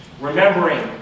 Remembering